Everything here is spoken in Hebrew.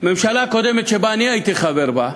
הממשלה הקודמת, שאני הייתי חבר בה,